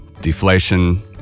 deflation